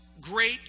great